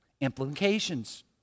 implications